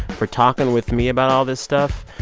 for talking with me about all this stuff,